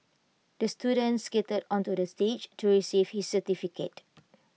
the student skated onto the stage to receive his certificate